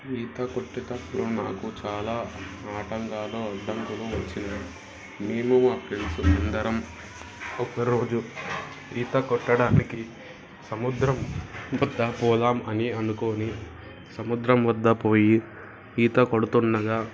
ఈత కొట్టేటప్పుడు నాకు చాలా ఆటంకాలు అడ్డంకులు వచ్చినాయి మేము మా ఫ్రెండ్స్ అందరం ఒకరోజు ఈత కొట్టడానికి సముద్రం వద్ద పోదాం అని అనుకొని సముద్రం వద్ద పోయి ఈత కొడుతుండగా